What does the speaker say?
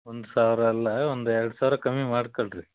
ಒಂದು ಸಾವಿರ ಅಲ್ಲ ಒಂದು ಎರಡು ಸಾವಿರ ಕಮ್ಮಿ ಮಾಡ್ಕೊಳ್ರಿ